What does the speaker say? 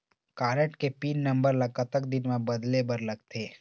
Card के pin number ला कतक दिन म बदले बर लगथे?